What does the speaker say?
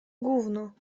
gówno